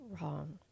wrong